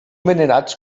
venerats